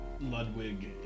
Ludwig